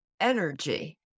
energy